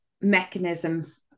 mechanisms